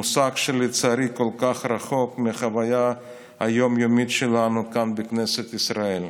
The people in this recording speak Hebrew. מושג שלצערי כל כך רחוק מהחוויה היום-יומית שלנו כאן בכנסת ישראל.